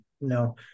No